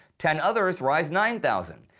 ten others rise nine thousand.